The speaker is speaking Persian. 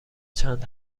چند